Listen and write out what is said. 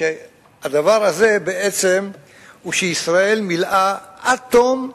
שהדבר הזה הוא בעצם שישראל מילאה עד תום,